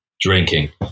Drinking